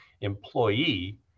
employee